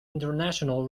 international